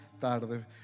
tarde